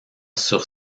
sur